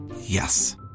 Yes